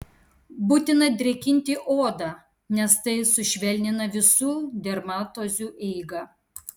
būtina drėkinti odą nes tai sušvelnina visų dermatozių eigą